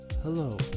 Hello